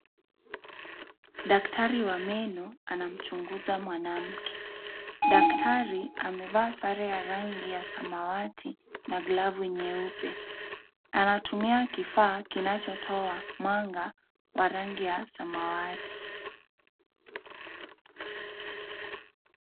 Daktari wa meno anamchunguza mwanamke. Daktari amevaa sare ya rangi ya samawati na glavu nyeupe. Anatumia kifaa kinachotoa mwanga wa rangi ya samawati.